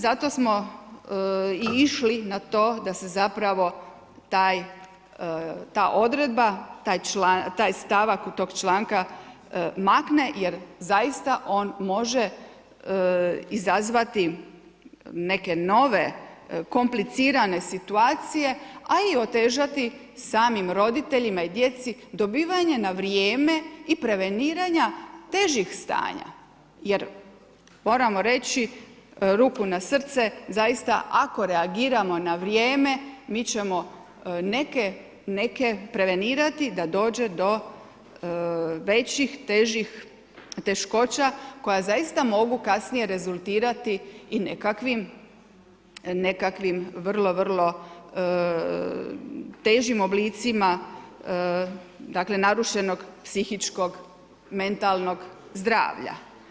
Zato smo i išli na to da se zapravo ta odredba, taj stavak tog članka makne jer zaista on može izazvati neke nove komplicirane situacije a i otežati samim roditeljima i djeci dobivanje na vrijeme i preveniranja težih stanja jer moramo reći ruku na srce, zaista ako reagiramo na vrijeme, mi ćemo neke prevenirati da dođe do većih težih teškoća koje zaista mogu kasnije rezultirati i nekakvim vrlo, vrlo težim oblicima narušenog psihičkog, mentalnog zdravlja.